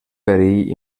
perill